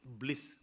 bliss